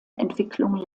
entwicklung